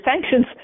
sanctions